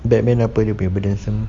batman apa dia punya burdensome